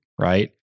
Right